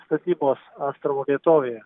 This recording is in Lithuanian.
statybos astravo vietovėje